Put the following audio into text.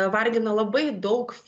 vargina labai daug